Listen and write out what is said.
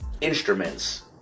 instruments